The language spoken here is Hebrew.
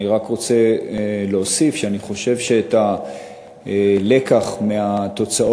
אני רק רוצה להוסיף שאני חושב שאת הלקח מהתוצאות